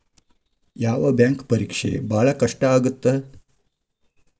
ಯಾವ್ ಬ್ಯಾಂಕ್ ಪರೇಕ್ಷೆ ಭಾಳ್ ಕಷ್ಟ ಆಗತ್ತಾ?